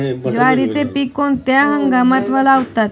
ज्वारीचे पीक कोणत्या हंगामात लावतात?